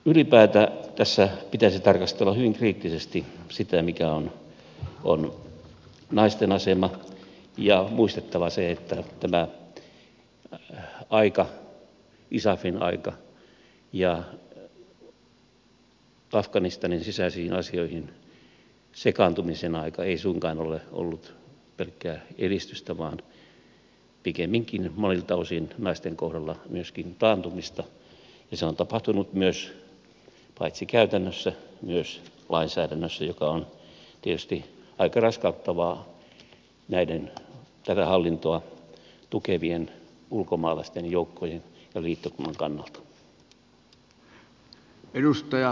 ylipäätään tässä pitäisi tarkastella hyvin kriittisesti sitä mikä on naisten asema ja olisi muistettava se että tämä aika isafin aika ja afganistanin sisäisiin asioihin sekaantumisen aika ei suinkaan ole ollut pelkkää edistystä vaan pikemminkin monilta osin naisten kohdalla myöskin taantumista ja se on tapahtunut myös paitsi käytännössä myös lainsäädännössä mikä on tietysti aika raskauttavaa näiden tätä hallintoa tukevien ulkomaalaisten joukkojen ja liittokunnan kannalta